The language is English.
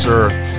earth